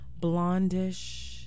blondish